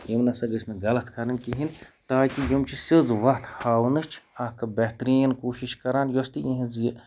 یِم نَسا گٔژھۍ نہٕ غَلَط کَرٕنۍ کِہیٖنۍ تاکہِ یِم چھِ سِیٕز وَتھ ہاونٕچ اَکھ بہترین کوٗشِش کَران یۄس تہِ اِہِنٛز یہِ